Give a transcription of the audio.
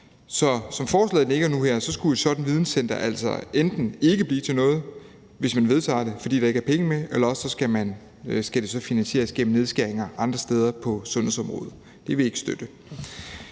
som forslaget ligger nu her, skulle et sådant videncenter altså enten ikke blive til noget, hvis man vedtager det, fordi der ikke er penge med, eller også skal det så finansieres gennem nedskæringer andre steder på sundhedsområdet. Det vil vi ikke støtte.